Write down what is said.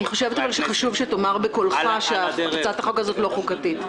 אני חושבת שחשוב שתאמר בקולך שהצעת החוק לא חוקתית.